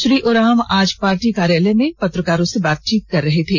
श्री उरांव आज पार्टी कार्यालय में पत्रकारों से बातचीत कर रहे थे